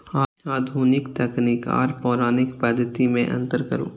आधुनिक तकनीक आर पौराणिक पद्धति में अंतर करू?